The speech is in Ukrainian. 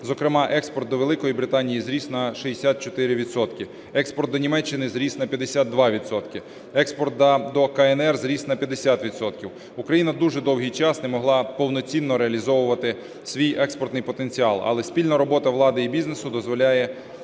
зокрема експорт до Великої Британії зріс на 64 відсотки, експорт до Німеччини зріс на 52 відсотки, експорт до КНР зріс на 50 відсотків. Україна дуже довгий час не могла повноцінно реалізовувати свій експортний потенціал, але спільна робота влади і бізнесу дозволяє